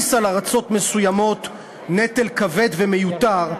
להעמיס על ארצות מסוימות נטל כבד ומיותר,